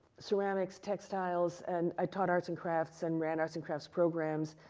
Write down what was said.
surrounding textiles, and i taught arts and crafts and ran arts and crafts programs.